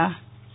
Nehal Thakkar